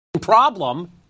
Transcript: problem